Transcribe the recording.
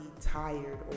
tired